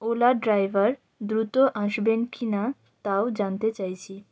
ওলার driver দ্রুত আসবেন কি না তাও জানতে চাইছি